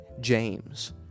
James